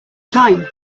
time